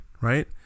Right